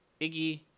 Iggy